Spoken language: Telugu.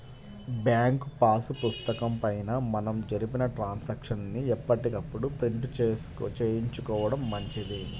బ్యాంకు పాసు పుస్తకం పైన మనం జరిపిన ట్రాన్సాక్షన్స్ ని ఎప్పటికప్పుడు ప్రింట్ చేయించుకోడం మంచిది